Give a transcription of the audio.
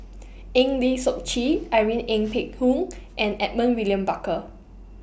Eng Lee Seok Chee Irene Ng Phek Hoong and Edmund William Barker